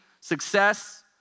success